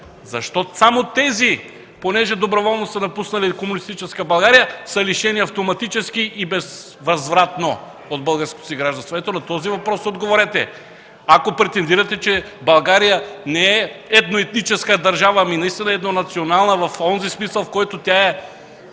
Защо само тези, понеже доброволно са напуснали комунистическа България, са лишени автоматически и безвъзвратно от българското си гражданство? Ето на този въпрос отговорете. Ако претендирате, че България не е едноетническа държава, а наистина етнонационална в онзи смисъл, в който тя е